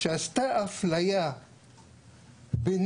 שעשתה אפליה ביני,